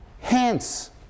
Hence